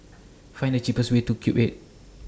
Find The cheapest Way to Cube eight